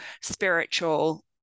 spiritual